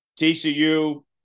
TCU